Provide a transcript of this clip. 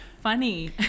funny